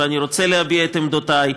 ואני רוצה להביע את עמדותי,